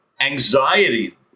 anxiety